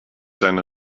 seine